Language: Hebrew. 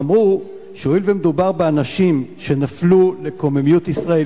אמרו שהואיל ומדובר באנשים שנפלו בקוממיות ישראל,